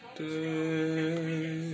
day